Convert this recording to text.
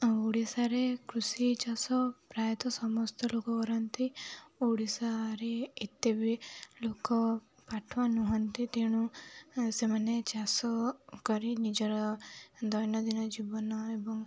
ଆଉ ଓଡ଼ିଶାରେ କୃଷି ଚାଷ ପ୍ରାୟତଃ ସମସ୍ତ ଲୋକ କରନ୍ତି ଓଡ଼ିଶାରେ ଏତେ ବି ଲୋକ ପାଠୁଆ ନୁହଁନ୍ତି ତେଣୁ ସେମାନେ ଚାଷ କରି ନିଜର ଦୈନନ୍ଦିନ ଜୀବନ ଏବଂ